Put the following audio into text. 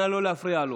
נא לא להפריע לו.